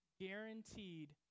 guaranteed